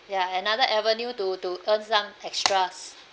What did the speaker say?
ya another avenue to to earn some extras